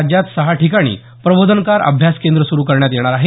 राज्यात सहा ठिकाणी प्रबोधनकार अभ्यास केंद्र सुरु करण्यात येणार आहे